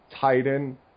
titan